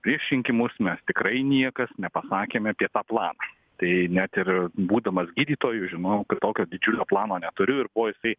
prieš rinkimus mes tikrai niekas nepasakėme apie tą planą tai net ir būdamas gydytoju žinojau kad tokio didžiulio plano neturiu ir kuo jisai